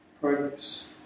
progress